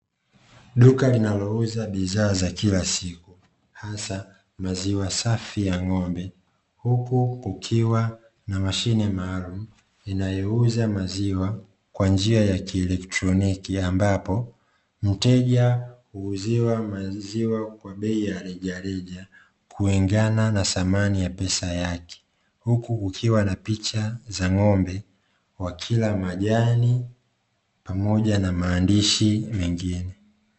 Duka linalouza bidhaa za kila siku, hasa maziwa safi ya ng’ombe, huku kukiwa na mashine maalumu inayouza maziwa kwa njia ya kielektroniki, ambapo mteja huuziwa maziwa kwa bei ya rejareja kulingana na thamani ya pesa yake, huku ukiwa na picha za ng’ombe wakila majani pamoja na maandishi mengine.